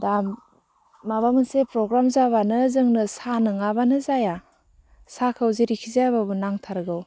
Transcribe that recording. दा माबा मोनसे प्रग्राम जाबानो जोंनो साहा नङाबानो जाया साहाखौ जेरैखि जायाबाबो नांथारगौ